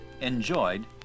enjoyed